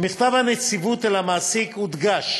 במכתב הנציבות אל המעסיק הודגש